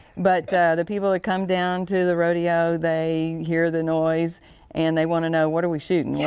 but the people that come down to the rodeo, they hear the noise and they want to know what are we shooting. yeah